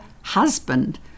husband